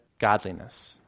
godliness